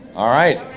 all right,